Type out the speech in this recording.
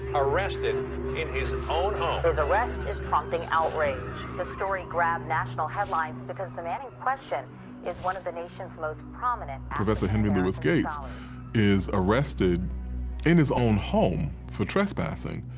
arrested in his own home. his arrest is prompting outrage. the story grabbed national headlines because the man in question is one of the nation's most professor henry louis gates is arrested in his own home for trespassing.